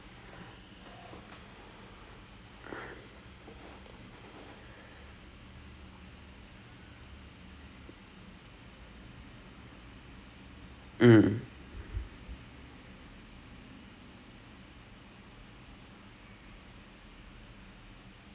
but uh ya then I'm seeing in and it's very slow pace it's not like intense I won't call it intense like basketball is something of course called fast paced quite intense volleyball fast pace quite intense cricket is intense but is not fast pace is slow pace என்னை கேட்டேனா:ennai kaettennaa in all honestly